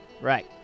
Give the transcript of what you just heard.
Right